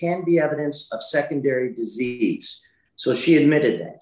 can be evidence of secondary so she admitted